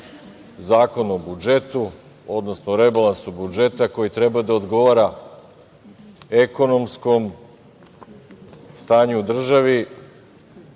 Zakon o budžetu, odnosno rebalansu budžeta koji treba da odgovara ekonomskom stanju u državi,